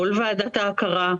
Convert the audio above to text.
כל ועדת ההכרה,